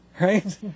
Right